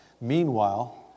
Meanwhile